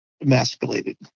Emasculated